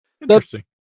interesting